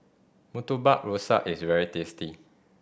Murtabak Rusa is very tasty